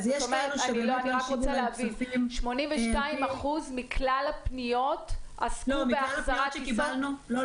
אני רק רוצה להבין 82% מכלל הפניות עסקו בהחזרת -- לא,